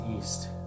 east